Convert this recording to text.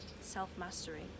Self-mastery